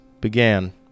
began